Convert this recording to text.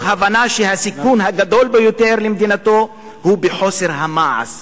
הבנה שהסיכון הגדול ביותר למדינתו הוא בחוסר המעש.